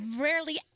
rarely